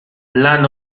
lan